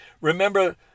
Remember